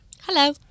Hello